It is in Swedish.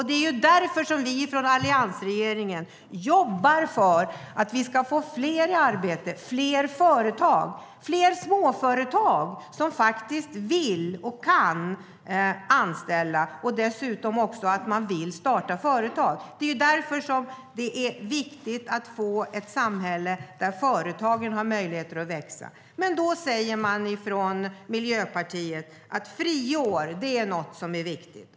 Det är ju därför som vi från Alliansen jobbar för att vi ska få fler i arbete, fler företag, fler småföretag som faktiskt vill och kan anställa eller starta företag. Det är därför som det är viktigt att få ett samhälle där företagen har möjlighet att växa. Men då säger man från Miljöpartiet att friår är något som är viktigt.